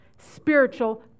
spiritual